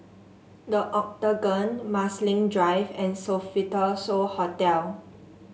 The Octagon Marsiling Drive and Sofitel So Hotel